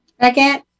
Second